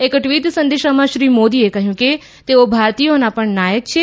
એક ટ્વીટ સંદેશમાં શ્રી મોદીએ કહ્યું કે તેઓ ભારતીયોના પણ નાયક છે